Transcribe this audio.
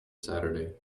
saturday